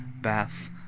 bath